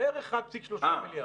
בערך 1,3 מיליארד.